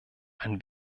ein